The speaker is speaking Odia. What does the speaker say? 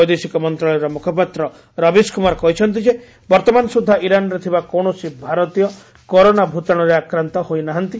ବୈଦେଶିକ ମନ୍ତ୍ରଣାଳୟର ମୁଖପାତ୍ର ରବିଶ କୁମାର କହିଛନ୍ତି ଯେ ବର୍ତ୍ତମାନ ସୁଦ୍ଧା ଇରାନ୍ରେ ଥିବା କୌଣସି ଭାରତୀୟ କରୋନା ଭୂତାଣୁରେ ଆକ୍ରାନ୍ତ ହୋଇନାହାନ୍ତି